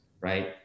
right